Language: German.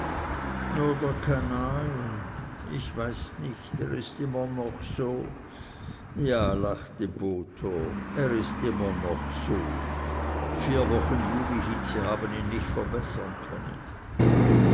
nur der kanal ich weiß nicht er ist immer noch so ja lachte botho er ist immer noch so vier wochen julihitze haben ihn nicht verbessern können